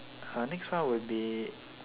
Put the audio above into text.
uh next one would be